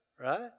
right